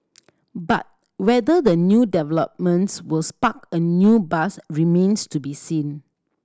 but whether the new developments will spark a new buzz remains to be seen